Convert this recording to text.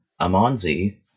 Amonzi